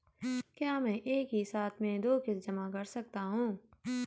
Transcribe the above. क्या मैं एक ही साथ में दो किश्त जमा कर सकता हूँ?